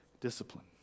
discipline